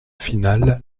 final